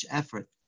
effort